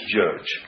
judge